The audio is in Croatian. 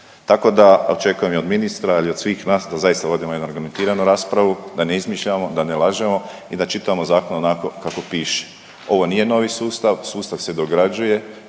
Tako da očekujem i od ministra, ali i od svih nas da zaista vodimo jednu argumentiranu raspravu, da ne izmišljamo, da ne lažemo i da čitamo zakon onako kako piše. Ovo nije novi sustav, sustav se dograđuje